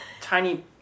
tiny